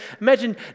imagine